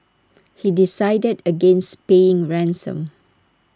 he decided against paying ransom